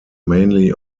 mainly